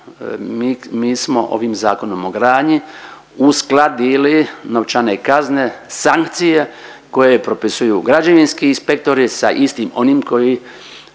mi smo ovim Zakonom o gradnji uskladili novčane kazne, sankcije koje propisuju građevinski inspektori sa istim onim koji,